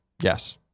Yes